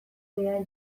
behar